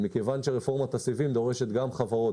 מכיוון שרפורמת הסיבים דורשת גם חברות